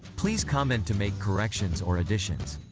please comment to make corrections or additions.